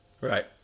right